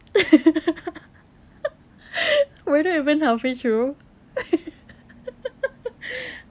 we're not even halfway through